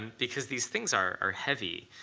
because these things are heavy.